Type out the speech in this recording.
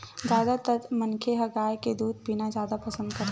जादातर मनखे ह गाय के दूद पीना जादा पसंद करथे